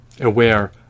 aware